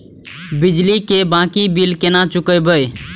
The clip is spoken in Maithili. बिजली की बाकी बील केना चूकेबे?